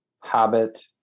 habit